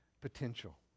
potential